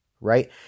right